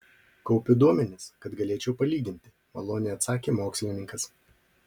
kaupiu duomenis kad galėčiau palyginti maloniai atsakė mokslininkas